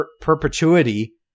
perpetuity